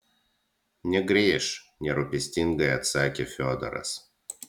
negrįš nerūpestingai atsakė fiodoras